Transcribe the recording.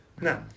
No